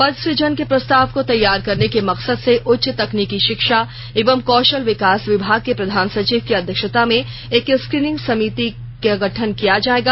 पद सुजन के प्रस्ताव को तैयार करने के मकसद से उच्च तकनीकी शिक्षा एवं कौशल विकास विभाग के प्रधान सचिव की अध्यक्षता में एक स्क्रीनिंग समिति का गठन किया जाएगा